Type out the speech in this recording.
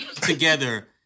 together